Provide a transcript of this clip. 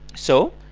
so